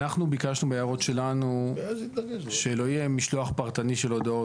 אנחנו ביקשנו בהערות שלנו שלא יהיה משלוח פרטני של הודעות.